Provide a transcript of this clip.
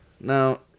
Now